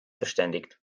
verständigt